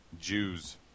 Jews